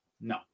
No